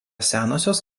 senosios